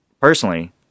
personally